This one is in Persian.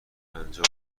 پنجاه